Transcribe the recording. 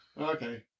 Okay